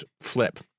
flip